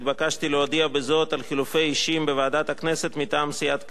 נתבקשתי להודיע בזאת על חילופי אישים בוועדת הכנסת מטעם סיעת קדימה: